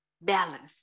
Balance